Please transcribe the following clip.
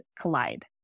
collide